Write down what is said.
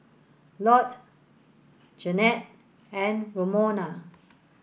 Lott Janette and Romona